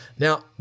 Now